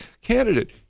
candidate